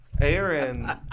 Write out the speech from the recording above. Aaron